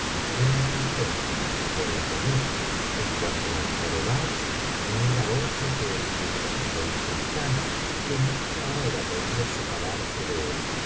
he aquí todo por el momento en cuanto al jorobado no era otro que el bufón del sultán que ni una hora podía separarse de él